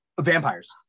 vampires